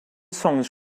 songs